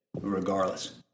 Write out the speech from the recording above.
regardless